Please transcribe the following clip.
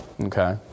okay